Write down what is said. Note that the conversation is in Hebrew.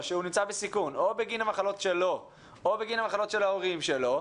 שהוא נמצא בסיכון או בגין המחלות שלו או בגין המחלות של ההורים שלו,